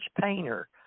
painter